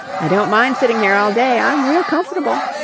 i don't mind sitting here all day. i'm real comfortable.